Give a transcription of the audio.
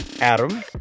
Adam